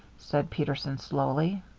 said peterson, slowly.